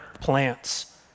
plants